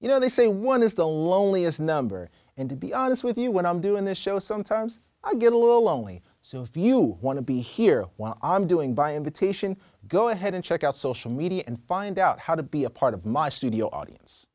you know they say one is the loneliest number and to be honest with you when i'm doing this show sometimes i get a little lonely so if you want to be here while i'm doing by invitation go ahead and check out social media and find out how to be a part of my studio audience